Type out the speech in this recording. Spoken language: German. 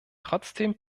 trotzdem